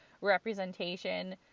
representation